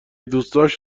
دوستاش